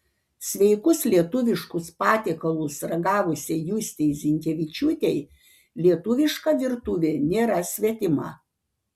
sveikus lietuviškus patiekalus ragavusiai justei zinkevičiūtei lietuviška virtuvė nėra svetima